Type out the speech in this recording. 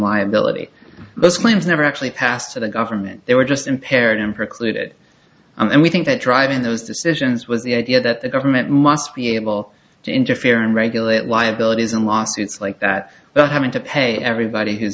liability those claims never actually passed to the government they were just impaired and precluded and we think that driving those decisions was the idea that the government must be able to interfere and regulate liabilities and lawsuits like that but having to pay everybody who's